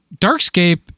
Darkscape